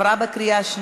נתקבל.